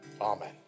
Amen